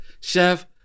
chef